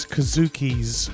Kazuki's